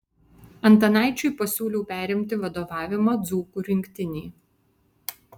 antanaičiui pasiūliau perimti vadovavimą dzūkų rinktinei